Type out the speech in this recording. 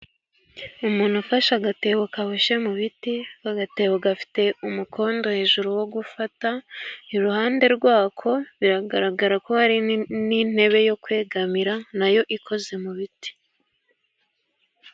Umuntu ufashe agatebo kaboshye mu biti agatebo gafite umukondo hejuru wo gufata, iruhande rwako biragaragara ko hari n'intebe yo kwegamira nayo ikoze mu biti.